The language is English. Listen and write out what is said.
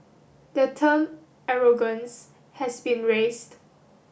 the term arrogance has been raised